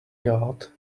yacht